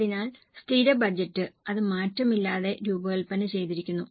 അതിനാൽ സ്ഥിര ബജറ്റ് അത് മാറ്റമില്ലാതെ രൂപകൽപ്പന ചെയ്തിരിക്കുന്നു